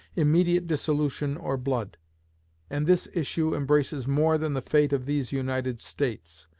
immediate dissolution or blood and this issue embraces more than the fate of these united states.